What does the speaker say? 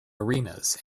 arenas